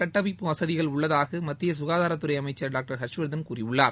கட்டமைப்பு வசதிகள் உள்ளதாக மத்திய சுஙாதாரத்துறை அமைச்சர் டாக்டர் ஹர்ஷ்வர்தன் கூறியுள்ளார்